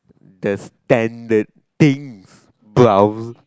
the standard things balls